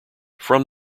from